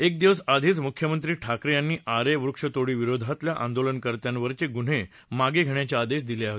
एक दिक्स आधीच मुख्यमंत्री ठाकरे यांनी आरे वृक्षतोडीविरोधातल्या आंदोलन कर्त्यांवरचे गुन्हे मागे घेण्याचे आदेश दिले आहे